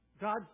God